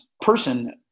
person